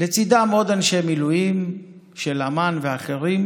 לצידם עוד אנשי מילואים של אמ"ן ואחרים.